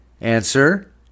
Answer